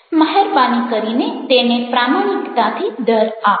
મહેરબાની કરીને તેને પ્રામાણિકતાથી દર આપો